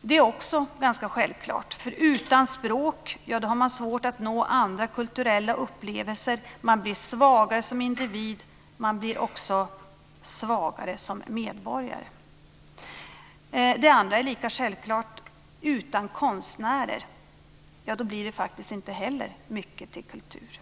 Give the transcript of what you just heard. Det första är ganska självklart. Utan språk har man svårt att nå andra kulturella upplevelser. Man blir svagare som individ, och man blir också svagare som medborgare. Det andra är lika självklart. Utan konstnärer blir det faktiskt inte heller mycket till kultur.